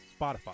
Spotify